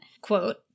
quote